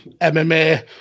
MMA